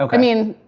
i mean,